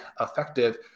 effective